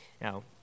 Now